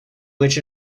which